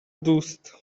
دوست